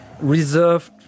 reserved